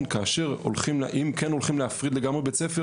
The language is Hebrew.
כאשר אם כן הולכים להפריד לגמרי בית ספר